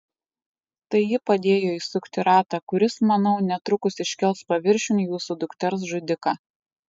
tai ji padėjo įsukti ratą kuris manau netrukus iškels paviršiun jūsų dukters žudiką